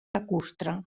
lacustre